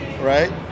Right